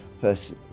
first